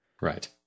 right